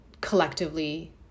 collectively